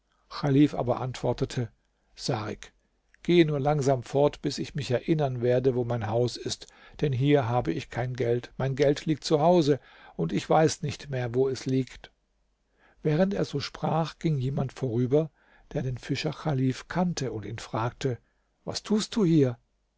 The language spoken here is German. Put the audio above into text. aber antwortete sarik gehe nur langsam fort bis ich mich erinneren werde wo mein haus ist denn hier habe ich kein geld mein geld liegt zu hause und ich weiß nicht mehr wo es liegt während er so sprach ging jemand vorüber der den fischer chalif kannte und ihn fragte was tust du hier